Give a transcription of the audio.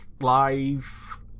Live